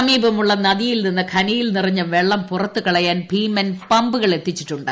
സമീപമുള്ള നദിയിൽ നിന്ന് ഖനിയിൽ നിറഞ്ഞ വെ്ള്ളം പുറത്ത് കളയാൻ ഭീമൻ പമ്പുകൾ എത്തിച്ചിട്ടുണ്ട്